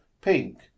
pink